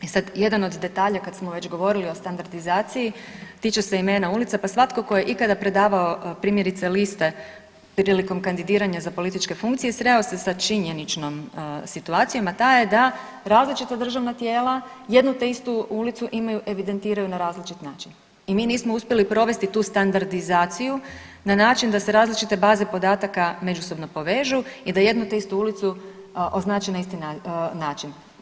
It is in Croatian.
E sad, jedan od detalja kad smo već govorili o standardizaciji, tiče se imena ulica pa svatko tko je ikada predavao, primjerice liste prilikom kandidiranja za političke funkcije, sreo se sa činjeničnom situacijom, a ta je da različita državna tijela jednu te istu ulicu imaju, evidentiraju na različit način i mi nismo uspjeli provesti tu standardizaciju na način da se različite baze podataka međusobno povežu i da jedno te istu ulicu označi na isti način.